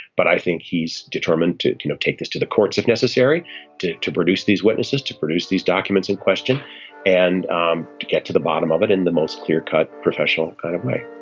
but i think he's determined to you know take this to the courts if necessary to to produce these witnesses to produce these documents in question and um get to the bottom of it in the most clear cut professional kind of way